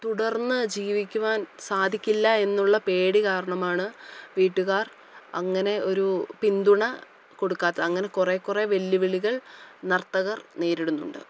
തുടർന്ന് ജീവിക്കുവാൻ സാധിക്കില്ല എന്നുള്ള പേടി കാരണമാണ് വീട്ടുകാർ അങ്ങനെ ഒരു പിന്തുണ കൊടുക്കാത്തത് അങ്ങനെ കുറെ കുറെ വെല്ലുവിളികൾ നർത്തകർ നേരിടുന്നുണ്ട്